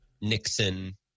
Nixon